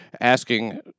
asking